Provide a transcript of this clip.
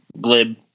glib